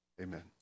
Amen